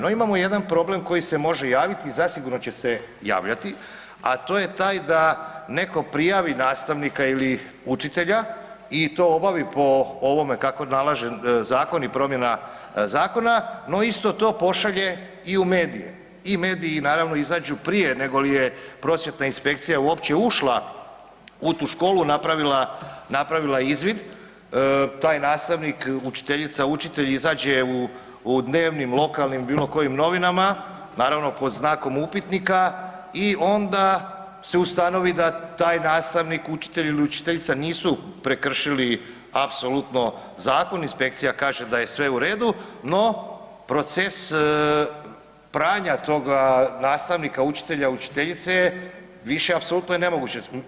No, imamo jedan problem koji se može javiti i zasigurno će se javljati, a to je taj da netko prijavi nastavnika ili učitelja i to obavi po ovome kako nalaže Zakon i promjena zakona no isto to pošalje i u medije i mediji naravno izađu prije negoli je prosvjetna inspekcija uopće ušla u tu školu, napravila izvid, taj nastavnik, učiteljica, učitelj izađe u dnevnim, lokalnim, bilo kojim novinama, naravno pod znakom upitnika i onda se ustanovi da taj nastavnik, učitelj ili učiteljica nisu prekršili apsolutno Zakon, inspekcija kaže da je sve u redu, no proces pranja toga nastavnika, učitelja, učiteljice više apsolutno je nemoguće.